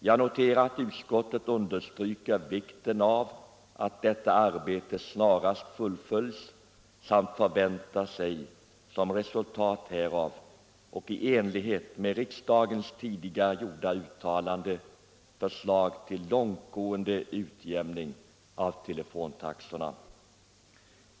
Jag noterar att utskottet understryker vikten av att detta arbete snarast fullföljs samt att man förväntar sig som resultat härav, och i enlighet med riksdagens tidigare gjorda uttalande, förslag till långtgående utjämning av telefontaxorna.